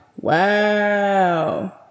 wow